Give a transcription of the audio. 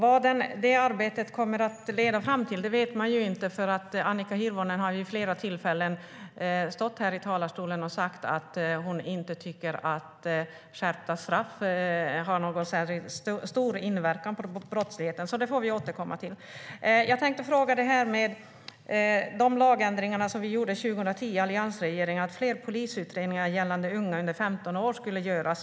Herr talman! Man vet inte vad arbetet kommer att leda till eftersom Annika Hirvonen vid flera tillfällen har stått i talarstolen och sagt att hon inte tycker att skärpta straff har särskilt stor inverkan på brottsligheten. Det får vi alltså återkomma till. Jag tänkte fråga om de lagändringar som alliansregeringen gjorde 2010 i fråga om att fler polisutredningar gällande unga under 15 år skulle göras.